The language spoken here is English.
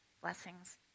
Blessings